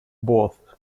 both